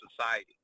society